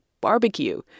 barbecue